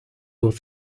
what